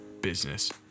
business